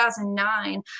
2009